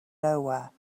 nowhere